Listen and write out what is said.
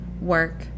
work